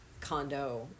condo